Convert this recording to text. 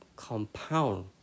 compound